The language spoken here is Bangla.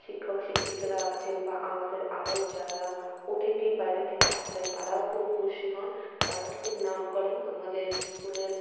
শিক্ষক শিক্ষিকারা আছেন বা আমাদের আরও যারা অতিথি বাইরে থেকে আসেন তারাও খুব খুশি হন তারাও খুব নাম করেন আমাদের স্কুলের